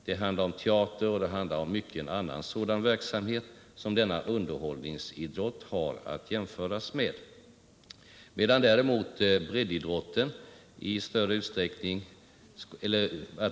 Det handlar om teater och annat som denna underhållningsidrott kan jämföras med.